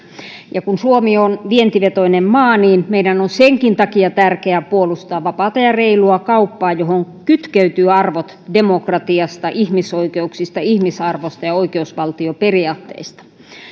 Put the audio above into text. ja kun suomi on vientivetoinen maa meidän on senkin takia tärkeää puolustaa vapaata ja reilua kauppaa johon kytkeytyvät arvot demokratiasta ihmisoikeuksista ihmisarvosta ja oikeusvaltioperiaatteista